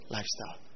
Lifestyle